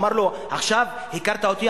אמר לו: עכשיו הכרת אותי?